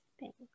Thanks